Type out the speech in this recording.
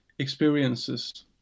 experiences